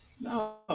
no